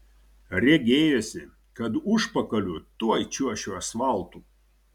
regėjosi kad užpakaliu tuoj čiuošiu asfaltu